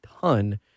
ton